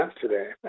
today